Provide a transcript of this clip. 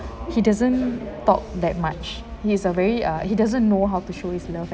he doesn't talk that much he is a very uh he doesn't know how to show his love